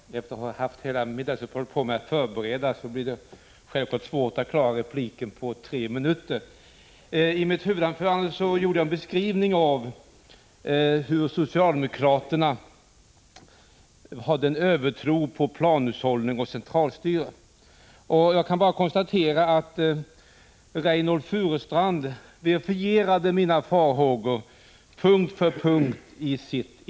Herr talman! Efter att ha haft hela middagsuppehållet på mig för att förbereda detta inlägg, får jag självfallet svårt att klara repliken på tre minuter. I mitt huvudanförande gjorde jag en beskrivning av socialdemokraternas övertro på planhushållning och centralstyre. Jag kan bara konstatera att Reynoldh Furustrand i sitt inlägg på punkt efter punkt verifierade mina farhågor.